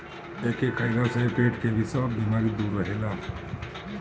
एके खइला से पेट के भी सब बेमारी दूर रहेला